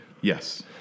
Yes